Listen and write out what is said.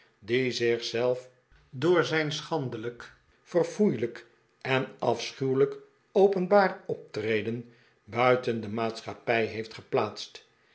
die zich zelf door zijn schandelijk verfoeilijk en afschuwelijk openbaar optreden buiten de maatschappij heeft geplaatst